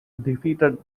defeated